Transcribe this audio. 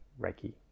Reiki